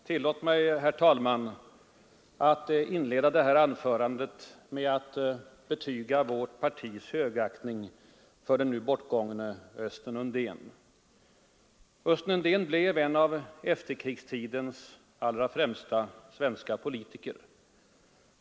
Herr talman! Tillåt mig att inleda mitt anförande med att betyga vårt partis högaktning för den nu bortgångne Östen Undén, Östen Undén blev en av efterkrigstidens allra främsta svenska politiker.